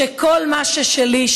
שכל מה ששלי,